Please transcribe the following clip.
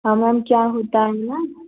हाँ मैम क्या होता है मैम